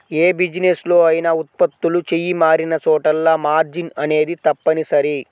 యే బిజినెస్ లో అయినా ఉత్పత్తులు చెయ్యి మారినచోటల్లా మార్జిన్ అనేది తప్పనిసరి